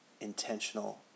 intentional